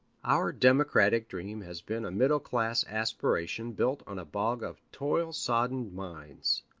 our democratic dream has been a middle-class aspiration built on a bog of toil-soddened minds.